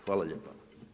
Hvala lijepa.